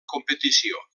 competició